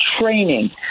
training